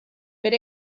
per